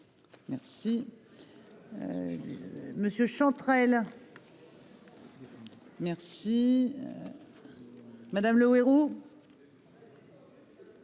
Merci. Monsieur Chantrel. Merci. Madame le héros.